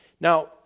Now